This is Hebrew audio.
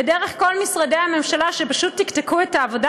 דרך כל משרדי הממשלה שפשוט תקתקו את העבודה.